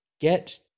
Get